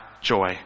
joy